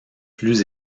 plus